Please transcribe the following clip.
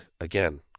again